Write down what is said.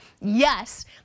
Yes